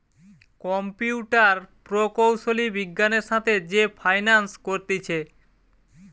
computer প্রকৌশলী বিজ্ঞানের সাথে যে ফাইন্যান্স করতিছে